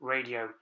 Radio